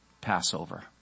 Passover